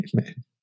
Amen